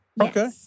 Okay